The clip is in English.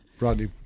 rodney